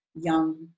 young